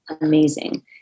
Amazing